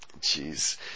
jeez